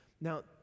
Now